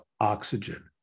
oxygen